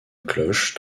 cloche